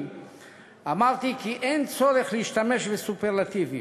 אמרתי כי אין צורך להשתמש בסופרלטיבים,